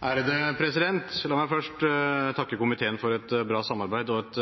La meg først takke komiteen for et bra samarbeid og et